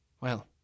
Well